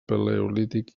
paleolític